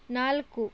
ನಾಲ್ಕು